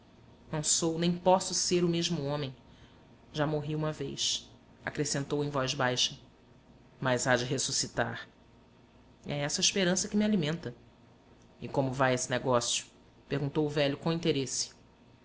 não sou nem posso ser o mesmo homem já morri uma vez acrescentou em voz baixa mas há de ressuscitar é essa a esperança que me alimenta e como vai esse negócio perguntou o velho com interesse